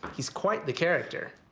he's quite the character.